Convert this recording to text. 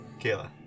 Kayla